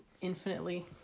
infinitely